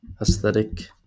aesthetic